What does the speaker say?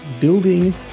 building